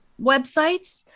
websites